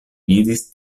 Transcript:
vidis